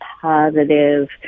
positive